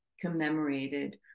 commemorated